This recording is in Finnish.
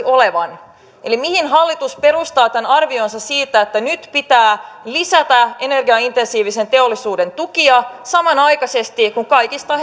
olevan eli mihin hallitus perustaa tämän arvionsa siitä että nyt pitää lisätä energiaintensiivisen teollisuuden tukia samanaikaisesti kun kaikista